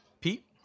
Pete